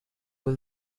will